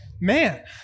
Man